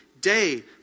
day